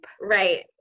Right